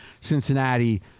Cincinnati